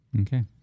Okay